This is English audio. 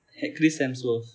he~ chris hemsworth